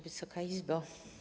Wysoka Izbo!